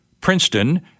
Princeton